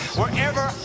wherever